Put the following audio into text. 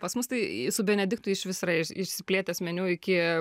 pas mus tai su benediktu išvis yra išsiplėtęs meniu iki